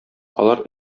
алар